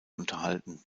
unterhalten